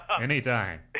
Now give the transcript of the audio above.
Anytime